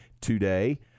today